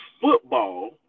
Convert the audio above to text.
football